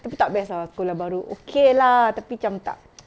tapi tak best ah sekolah baru okay lah tapi macam tak